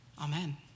Amen